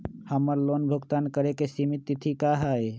हमर लोन भुगतान करे के सिमित तिथि का हई?